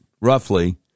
roughly